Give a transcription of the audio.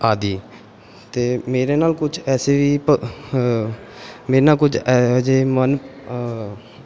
ਆਦਿ ਅਤੇ ਮੇਰੇ ਨਾਲ ਕੁਝ ਐਸੇ ਵੀ ਭ ਮੇਰੇ ਨਾਲ ਕੁਝ ਇਹੋ ਜਿਹੇ ਮਨ